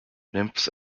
nymphs